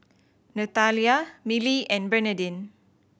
Nathalia Milly and Bernadine